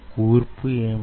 కూర్పు యేమిటి